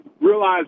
realize